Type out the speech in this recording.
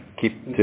keep